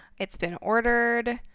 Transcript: it's been ordered.